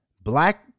black